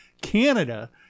Canada